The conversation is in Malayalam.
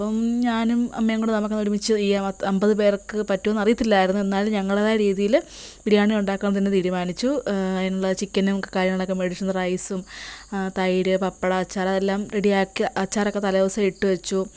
അപ്പം ഞാനും അമ്മയും കൂടെ നമുക്കെന്നാൽ ഒരുമിച്ച് ചെയ്യാം അമ്പത് പേർക്ക് പറ്റോന്നറിയത്തില്ലായിരുന്നു എന്നാലും ഞങ്ങളുടേതായ രീതിയില് ബിരിയാണി ഉണ്ടാക്കാൻ തന്നെ തീരുമാനിച്ചു അതിനുള്ള ചിക്കനും കാര്യങ്ങളൊക്കെ മേടിച്ചു റൈസും തൈര് പപ്പടം അച്ചാറെല്ലാം റെഡിയാക്കാം അച്ചാറൊക്കെ തലേ ദിവസം ഇട്ട് വെച്ചു